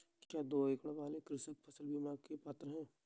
क्या दो एकड़ वाले कृषक फसल बीमा के पात्र हैं?